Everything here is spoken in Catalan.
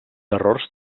errors